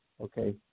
okay